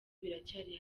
biracyari